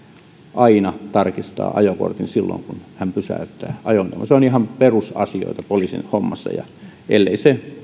aina tarkistaa ajokortin silloin kun hän pysäyttää ajoneuvon se on ihan perusasioita poliisin hommassa ja ellei se